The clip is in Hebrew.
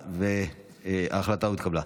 אלקטרונית.